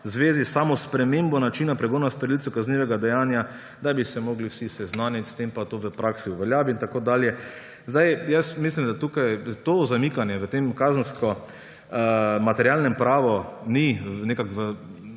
zvezi s samo spremembo načina pregona storilcev kaznivega dejanja, da bi se morali vsi seznaniti s tem pa to v praksi uveljaviti in tako dalje. Mislim, da to zanikanje v kazenskem materialnem pravu ni v